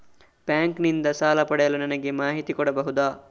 Bank ನಿಂದ ಸಾಲ ಪಡೆಯಲು ನನಗೆ ಮಾಹಿತಿ ಕೊಡಬಹುದ?